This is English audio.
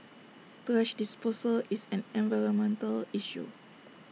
thrash disposal is an environmental issue